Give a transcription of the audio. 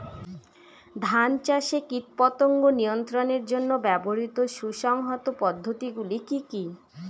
ধান চাষে কীটপতঙ্গ নিয়ন্ত্রণের জন্য ব্যবহৃত সুসংহত পদ্ধতিগুলি কি কি?